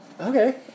okay